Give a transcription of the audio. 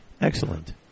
excellent